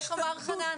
איך אמר חנן?